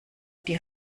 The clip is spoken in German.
die